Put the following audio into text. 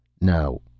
No